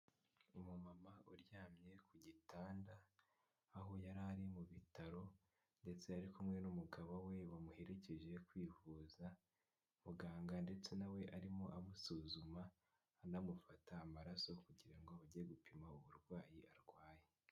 Umumama uryamye ku gitanda aho yari ari mu bitaro, ndetse yari kumwe n'umugabo we bamuherekeje kwihuza, muganga ndetse nawe arimo amusuzuma anamufata amaraso kugira ngo bage gupima uburwayi arwaye.